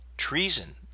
treason